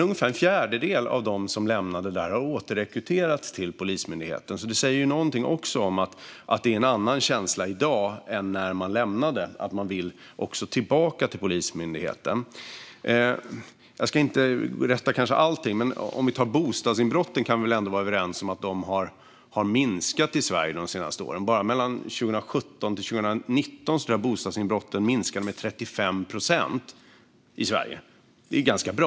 Ungefär en fjärdedel av dem som lämnade yrket då har dock återrekryterats till Polismyndigheten, vilket säger någonting om att det är en annan känsla i dag än när man lämnade. Nu vill man tillbaka till Polismyndigheten. Jag ska inte rätta allting, men vi kan väl ändå vara överens om att bostadsinbrotten har minskat i Sverige de senaste åren. Bara mellan 2017 och 2019 tror jag att bostadsinbrotten minskade med 35 procent i Sverige. Det är ganska bra.